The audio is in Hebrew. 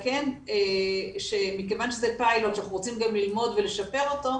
כן מכיוון שזה פיילוט ורצינו גם ללמוד ולשפר אותו,